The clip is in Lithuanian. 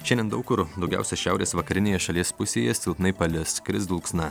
šiandien daug kur daugiausiai šiaurės vakarinėje šalies pusėje silpnai palis kris dulksna